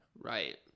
Right